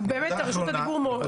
אחרונה,